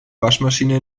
waschmaschine